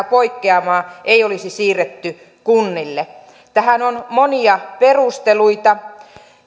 poikkeamia ei olisi siirretty kunnille tähän on monia perusteluita